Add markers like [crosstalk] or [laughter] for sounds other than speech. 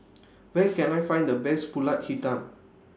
[noise] Where Can I Find The Best Pulut Hitam